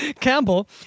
Campbell